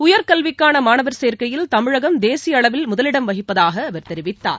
உயர்கல்விக்கான மாணவர் சேர்க்கையில் தமிழகம் தேசிய அளவில் முதலிடம் வகிப்பதாக அவர் தெரிவித்தார்